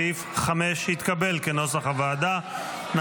סעיף 5, כנוסח הוועדה, התקבל.